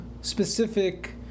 specific